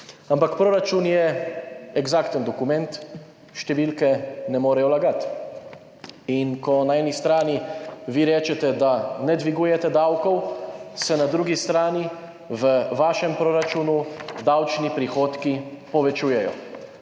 Ampak proračun je eksakten dokument, številke ne morejo lagati. In ko na eni strani vi rečete, da ne dvigujete davkov, se na drugi strani v vašem proračunu davčni prihodki povečujejo.